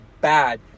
bad